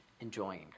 enjoying